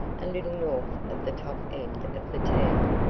a little north of the top end of the town,